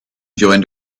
joined